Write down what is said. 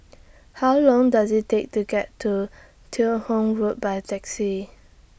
How Long Does IT Take to get to Teo Hong Road By Taxi